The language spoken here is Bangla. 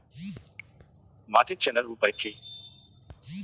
মাটি চেনার উপায় কি?